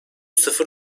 sıfır